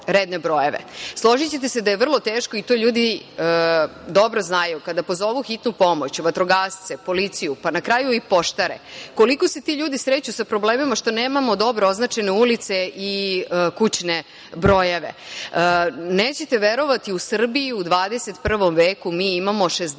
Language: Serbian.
redne brojeve. Složićete se da je vrlo teško i to ljudi dobro znaju, kada pozovu hitnu pomoć, vatrogasce, policiju, pa na kraju i poštare, koliko se ti ljudi sreću sa problemima što nemamo dobro označene ulice i kućne brojeve. Nećete verovati, u Srbiji, u 21. veku mi imamo